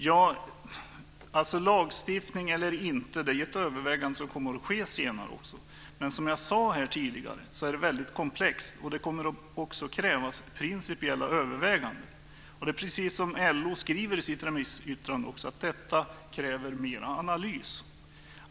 Fru talman! Lagstiftning eller inte är ett övervägande som kommer att göras senare. Men som jag sade tidigare är frågan mycket komplex. Det kommer också att krävas principiella överväganden. Det är precis som LO skriver i sitt remissyttrande: Detta kräver mer analys.